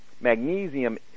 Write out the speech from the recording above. magnesium